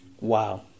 Wow